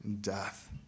death